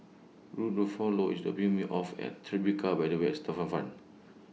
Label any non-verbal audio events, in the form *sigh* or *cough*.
*unintelligible* IS dropping Me off At Tribeca By The West Waterfront